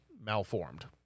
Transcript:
malformed